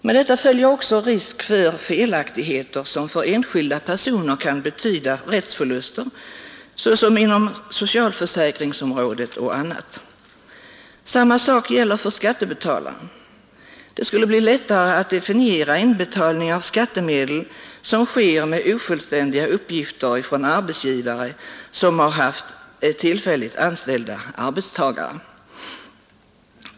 Med detta följer också risk för felaktigheter, som för enskilda personer kan betyda rättsförluster, såsom inom socialförsäkringsområdet och annat. Samma sak gäller för skattebetalare. Det skulle bli lättare att definiera inbetalning av skattemedel som sker med ofullständiga uppgifter från arbetsgivare som har haft tillfälligt anställda arbetstagare.